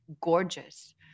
gorgeous